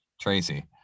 tracy